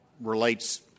relates